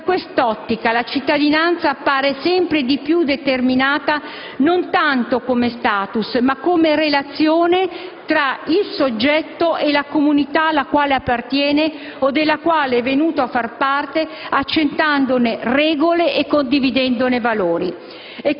Da quest'ottica, la cittadinanza appare sempre di più determinata non tanto come *status*, ma come relazione tra il soggetto individuale e la comunità alla quale appartiene o della quale è venuto a far parte, accettandone le regole e condividendone i valori.